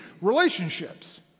relationships